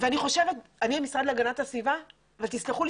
אני מהמשרד להגנת הסביבה ותסלחו לי